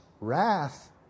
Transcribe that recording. wrath